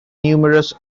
numerous